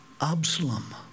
Absalom